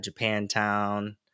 Japantown